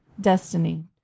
Destiny